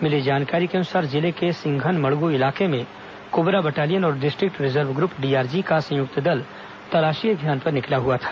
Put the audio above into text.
मिली जानकारी के अनुसार जिले के सिंघनमड़गु इलाके में कोबरा बटालियन और डिस्ट्रिक्ट रिजर्व ग्रुप डीआरजी का संयुक्त दल तलाशी अभियान पर निकला था